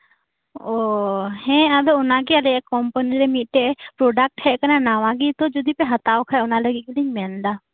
ᱳ ᱦᱮᱸ ᱟᱫᱚ ᱚᱱᱟᱜᱤ ᱟᱞᱮᱭᱟᱜ ᱠᱚᱢᱯᱟᱱᱤᱨᱮ ᱢᱤᱫᱴᱮᱡ ᱯᱨᱚᱰᱟᱠᱴ ᱦᱮᱡ ᱟᱠᱟᱱᱟ ᱱᱟᱣᱟᱜᱤ ᱡᱚᱫᱤ ᱯᱮ ᱦᱟᱛᱟᱣᱠᱷᱟᱡ ᱚᱱᱟᱞᱟᱹᱜᱤᱫ ᱜᱮᱞᱤᱧ ᱢᱮᱱᱮᱫᱟ